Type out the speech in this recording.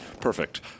Perfect